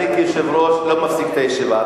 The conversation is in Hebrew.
אני כיושב-ראש לא מפסיק את הישיבה.